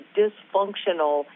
dysfunctional